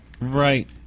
Right